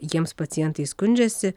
jiems pacientai skundžiasi